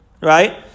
right